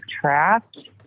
trapped